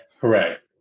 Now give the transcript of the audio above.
Correct